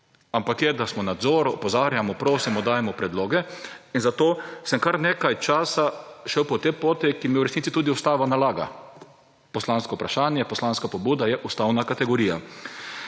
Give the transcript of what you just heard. ampak je, da smo nadzor, opozarjamo, prosimo, dajemo predloge. Zato sem kar nekaj časa šel po tej poti, ki mi jo v resnici tudi ustava nalaga. Poslansko vprašanje, poslanska pobuda je ustavna kategorija.